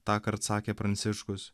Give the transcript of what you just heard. tąkart sakė pranciškus